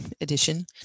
edition